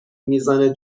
میزان